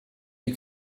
you